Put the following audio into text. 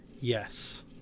yes